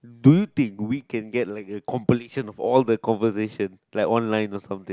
do you think we can get like a compilation of all the conversation like online or something